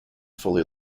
fully